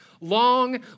Long